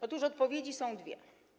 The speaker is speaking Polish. Otóż odpowiedzi są dwie.